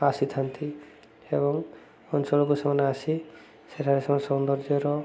ଆସିଥାନ୍ତି ଏବଂ ଅଞ୍ଚଳକୁ ସେମାନେ ଆସି ସେଠାରେ ସେମାନେ ସୌନ୍ଦର୍ଯ୍ୟର